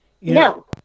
No